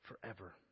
forever